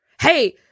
Hey